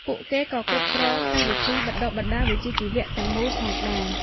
ពួកគេក៏គ្រប់គ្រងកម្មវិធីបណ្តុះបណ្តាលវិជ្ជាជីវៈទាំងមូលផងដែរ។